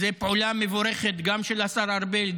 וזאת פעולה מבורכת גם של השר ארבל,